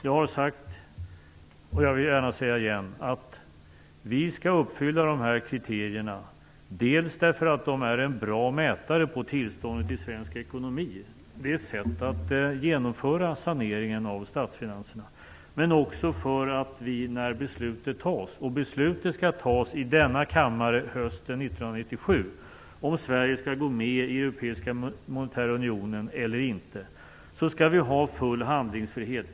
Jag har sagt, och jag vill gärna säga det igen, att vi skall uppfylla dessa kriterier dels därför att de är en bra mätare på tillståndet i svensk ekonomi - det är ett sätt att genomföra saneringen av statsfinanserna - dels därför att vi, när beslutet fattas i denna kammare hösten 1997 om Sverige skall gå med i Europeiska monetära unionen eller inte, skall vi ha full handlingsfrihet.